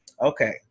okay